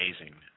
amazing